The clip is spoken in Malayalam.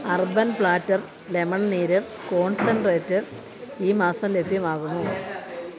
അർബൻ പ്ലാറ്റർ ലെമൺ നീര് കോൺസെൻട്രേറ്റ് ഈ മാസം ലഭ്യമാകുമോ